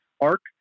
arc